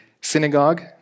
synagogue